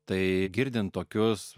tai girdint tokius